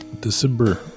December